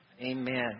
Amen